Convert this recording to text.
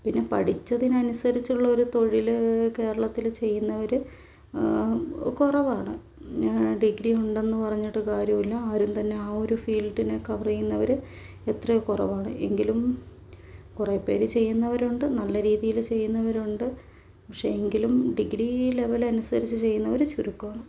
പിന്നെ പഠിച്ചതിനനുസരിച്ചുള്ളൊരു തൊഴിൽ കേരളത്തിൽ ചെയ്യുന്നവർ കുറവാണ് ഡിഗ്രി ഉണ്ടെന്ന് പറഞ്ഞിട്ടു കാര്യമില്ല ആരും തന്നെ ആ ഒരു ഫീൽഡിനെ കവർ ചെയ്യുന്നവർ എത്രയോ കുറവാണ് എങ്കിലും കുറേ പേര് ചെയ്യുന്നവരുണ്ട് നല്ല രീതിയിൽ ചെയ്യുന്നവരുണ്ട് പക്ഷെ എങ്കിലും ഡിഗ്രി ലെവൽ അനുസരിച്ചു ചെയ്യുന്നവർ ചുരുക്കമാണ്